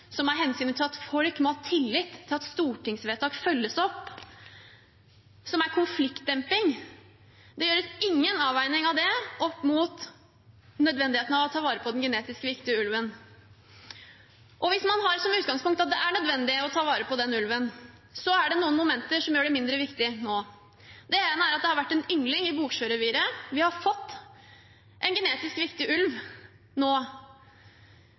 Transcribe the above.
hensynet til at folk må ha tillit til at Stortingets vedtak følges opp, og konfliktdemping. Det gjøres ingen avveining av dette opp mot nødvendigheten av å ta vare på den genetisk viktige ulven. Hvis man har som utgangspunkt at det er nødvendig å ta vare på den ulven, er det noen momenter som gjør det mindre viktig nå. Det ene er at det har vært en yngling i Boksjø-reviret. Vi har nå fått en genetisk viktig ulv.